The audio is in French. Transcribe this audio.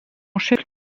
chef